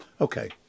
okay